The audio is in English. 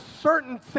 certain